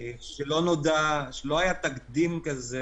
שלא היה תקדים כזה